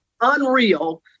unreal